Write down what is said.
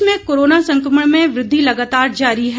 प्रदेश में कोरोना संक्रमण में वृद्धि लगातार जारी है